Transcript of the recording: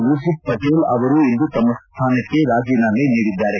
ಊರ್ಜೆತ್ ಪಟೇಲ್ ಅವರಿಂದು ತಮ್ಮ ಸ್ಥಾನಕ್ಷೆ ರಾಜೀನಾಮೆ ನೀಡಿದ್ದಾರೆ